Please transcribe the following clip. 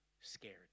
scared